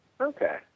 Okay